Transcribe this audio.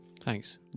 Thanks